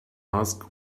asked